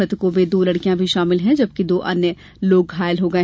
मृतकों में दो लड़कियां भी शामिल हैं जबकि दो अन्य घायल हो गए